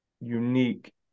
unique